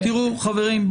חברים,